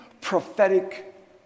prophetic